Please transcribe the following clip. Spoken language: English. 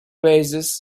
bases